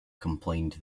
complained